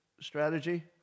strategy